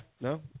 No